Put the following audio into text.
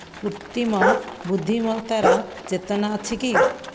କୃତ୍ରିମ ବୁଦ୍ଧିମତାର ଚେତନା ଅଛି କି